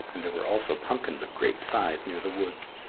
and there were also pumpkins of great size near the woods.